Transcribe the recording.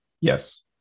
Yes